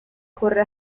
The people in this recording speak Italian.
corre